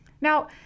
Now